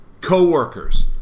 Coworkers